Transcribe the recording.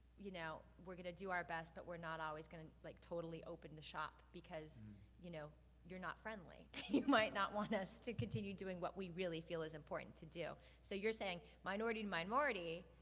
you know, we're gonna do our best, but we're not always gonna like totally open the shop, because you know you're not friendly. you might not want us to continue doing what we really feel is important to do. so you're saying minority to minority,